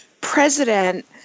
president